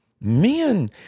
Men